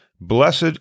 Blessed